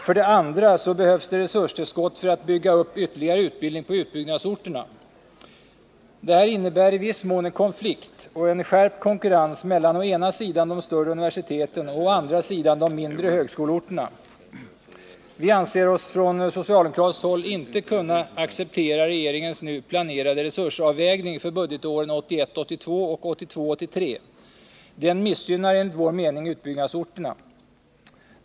För det andra behövs resurstillskott för att bygga upp ytterligare utbildning på utbyggnadsorterna. Detta innebär i viss mån en konflikt och en skärpt konkurrens mellan å ena sidan de större universiteten och å andra sidan de mindre högskoleorterna. Vi anser oss från socialdemokratiskt håll inte kunna acceptera regeringens nu planerade resursavvägning för budgetåren 1981 83. Den missgynnar enligt vår mening utbyggnadsorterna.